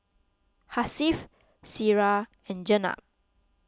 Hasif Syirah and Jenab